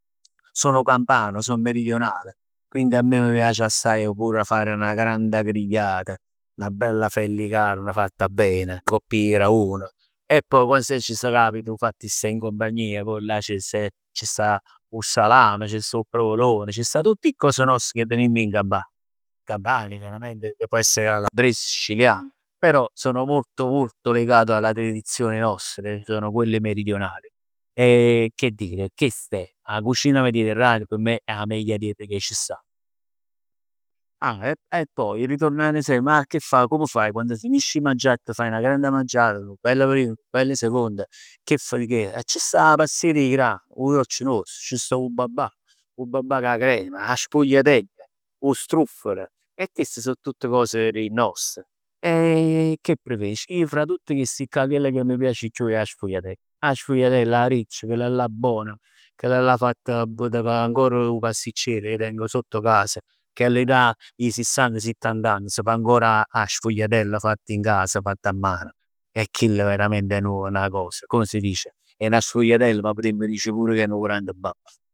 Sono campano, sò meridionale, quindi a me m' piace assaje pure fare 'na granda grigliata, 'na bella fell 'e carna fatta bene, ngopp 'e gravon. E poi quando e se c' capita 'o fatt 'e sta in compagnia, poi là c' s- sta 'o salame, 'o provolone. Ce stann tutt 'e cos noste che tenimm in Campania. Campania chiaramente che può essere calabrese, siciliano, però sono molto molto legato alla tradizione nostra, che sono quelle meridionali. E che dire, chest è, 'a cucina mediterranea p' me è 'a meglio dieta che c' sta. Ah e e poi ritornann semp 'a che comm fai quann finisci e mangià e t' fai 'na granda mangiata, nu bell primo e nu bell secondo, che fai, che è? E c' sta 'a pastiera 'e grano, 'o dolce nuost, c' sta 'o babà, 'o babà cu 'a crema, 'a sfugliatell, 'o struffolo e chest so tutt cos de 'e noste. E che preferisco? Io fra tutte chesteccà, chella ch' m' piace 'e chiù è 'a sfugliatell. 'A sfugliatell, 'a riccia, chellallà bona, chellallà fatta ancor dò pasticciere ca teng sotto casa, che all'età 'e sessant, settant anni s' fa ancora 'a sfugliatella fatta in casa fatta a mano. E chell verament è nu, è 'na cos. Comm s' dice, è 'na sfugliatell, ma putimmo dice pur che è 'nu grande babà.